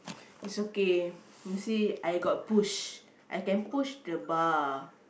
it's okay you see I got push I can push the bar